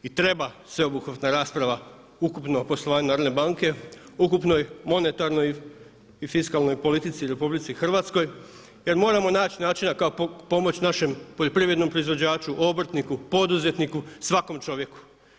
I treba sveobuhvatna rasprava ukupno o poslovanju Narodne banke, o ukupnoj monetarnoj i fiskalnoj politici u RH jer moramo naći načina kako pomoći našem poljoprivrednom proizvođaču, obrtniku, poduzetniku, svakom čovjeku.